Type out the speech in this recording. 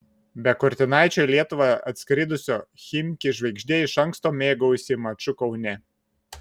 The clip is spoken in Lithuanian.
be kurtinaičio į lietuvą atskridusio chimki žvaigždė iš anksto mėgaujasi maču kaune